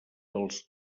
dels